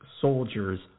soldier's